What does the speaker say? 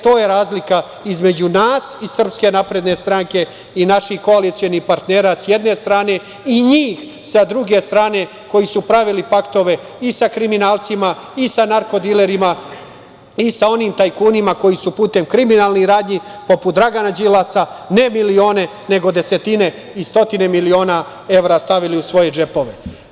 To je razlika između nas iz SNS i naših koalicionih partnera, s jedne strane, i njih, sa druge strane, koji su pravili paktove i sa kriminalcima i sa narko-dilerima i sa onim tajkunima koji su putem kriminalnih radnji, poput Dragana Đilasa, ne milione, nego desetine i stotine miliona evra stavili u svoje džepove.